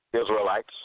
Israelites